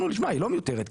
שמע היא לא מיותרת,